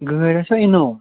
گٲڑۍ حظ چھَو اِنو